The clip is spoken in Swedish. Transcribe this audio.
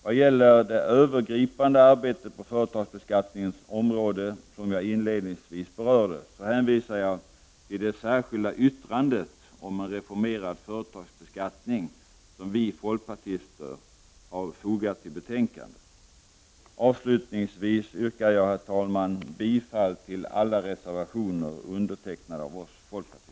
Vad gäller det övergripande arbetet på företagsbeskattningens område, vilket jag inledningsvis berörde, hänvisar jag till det särskilda yttrande om en reformerad företagsbeskattning som vi folkpartister fogat till betänkandet. Herr talman! Avslutningsvis yrkar jag bifall till alla reservationer undertecknade av oss folkpartister.